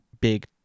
big